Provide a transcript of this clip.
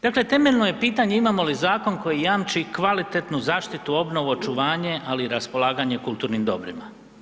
Dakle, temeljno je pitanje imamo li zakon koji jamči kvalitetnu zaštitu, obnovu i očuvanje, ali i raspolaganje kulturnim dobrima?